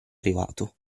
arrivato